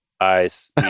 Eyes